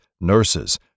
nurses